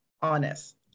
honest